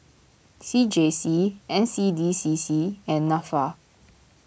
C J C N C D C C and Nafa